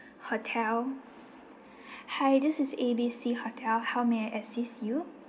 hotel hi this is A B C hotel how may I assist you